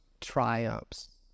triumphs